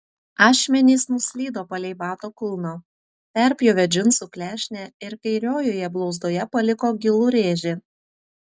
ašmenys nuslydo palei bato kulną perpjovė džinsų klešnę ir kairiojoje blauzdoje paliko gilų rėžį